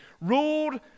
ruled